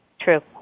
True